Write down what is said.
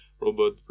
robot